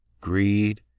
greed